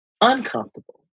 uncomfortable